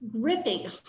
gripping